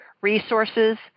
resources